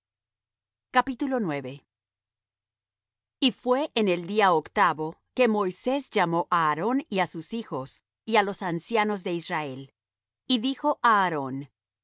de moisés y fué en el día octavo que moisés llamó á aarón y á sus hijos y á los ancianos de israel y dijo